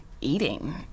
eating